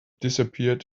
disappeared